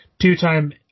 Two-time